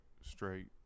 straight